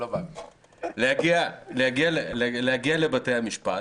להגיע לבתי המשפט